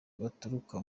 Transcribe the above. baturuka